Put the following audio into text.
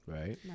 Right